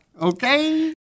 Okay